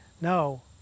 no